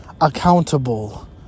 accountable